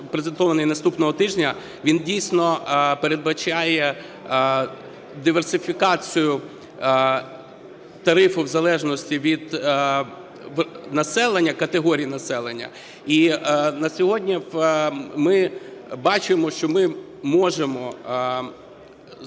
презентований наступного тижня. Він дійсно передбачає диверсифікацію тарифу в залежності від населення, категорій населення. І на сьогодні ми бачимо, що ми можемо,